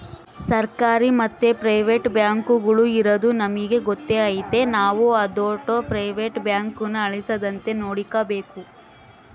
ಸರ್ಕಾರಿ ಮತ್ತೆ ಪ್ರೈವೇಟ್ ಬ್ಯಾಂಕುಗುಳು ಇರದು ನಮಿಗೆ ಗೊತ್ತೇ ಐತೆ ನಾವು ಅದೋಟು ಪ್ರೈವೇಟ್ ಬ್ಯಾಂಕುನ ಅಳಿಸದಂತೆ ನೋಡಿಕಾಬೇಕು